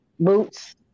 Boots